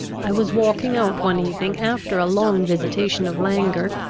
i was walking out one evening, after a long visitation of languor,